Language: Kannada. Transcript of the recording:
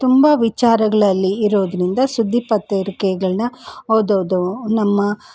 ತುಂಬ ವಿಚಾರಗಳಲ್ಲಿ ಇರೋದರಿಂದ ಸುದ್ದಿ ಪತ್ರಿಕೆಗಳನ್ನ ಓದೋದು ನಮ್ಮ